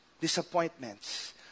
disappointments